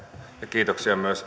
kiitoksia myös